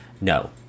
no